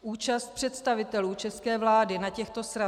Účast představitelů české vlády na těchto srazech.